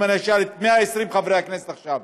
אם אני אשאל את 120 חברי הכנסת עכשיו